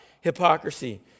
hypocrisy